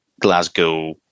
Glasgow